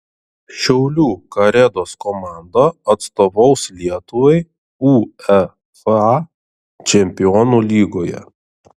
šiaulių karedos komanda atstovaus lietuvai uefa čempionų lygoje